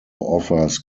offers